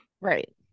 right